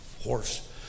horse